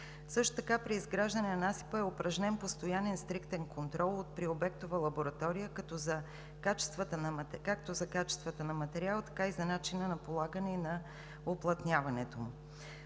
Също така при изграждане на насипа е упражнен постоянен стриктен контрол от приобектова лаборатория както за качествата на материала, така и за начина на полагане и на уплътняването му.